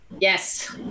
Yes